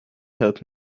help